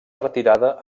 retirada